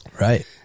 Right